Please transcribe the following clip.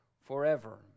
forever